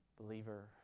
believer